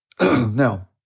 Now